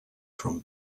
from